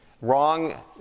Wrong